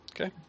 Okay